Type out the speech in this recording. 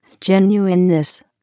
genuineness